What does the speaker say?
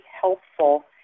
helpful